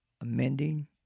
amending